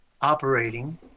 operating